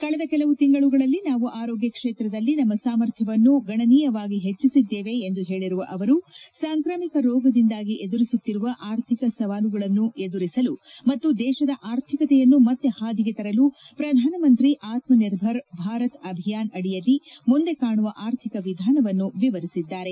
ಕಳೆದ ಕೆಲವು ತಿಂಗಳುಗಳಲ್ಲಿ ನಾವು ಆರೋಗ್ಯ ಕ್ಷೇತ್ರದಲ್ಲಿ ನಮ್ಮ ಸಾಮರ್ಥ್ಯವನ್ನು ಗಣನೀಯವಾಗಿ ಹೆಚ್ಚಿಸಿದ್ದೇವೆ ಎಂದು ಹೇಳಿರುವ ಅವರು ಸಾಂಕ್ರಾಮಿಕ ರೋಗದಿಂದಾಗಿ ಎದುರಿಸುತ್ತಿರುವ ಆರ್ಥಿಕ ಸವಾಲುಗಳನ್ನು ಎದುರಿಸಲು ಮತ್ತು ದೇಶದ ಆರ್ಥಿಕತೆಯನ್ನು ಮತ್ತೆ ಹಾದಿಗೆ ತರಲು ಪ್ರಧಾನ ಮಂತ್ರಿ ಆತ್ಮನಿರ್ಭರ್ ಭಾರತ್ ಅಭಿಯಾನ್ ಅಡಿಯಲ್ಲಿ ಮುಂದೆ ಕಾಣುವ ಅರ್ಥಿಕ ವಿಧಾನವನ್ನು ವಿವರಿಸಿದ್ದಾರೆ